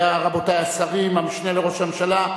רבותי השרים והמשנה לראש הממשלה,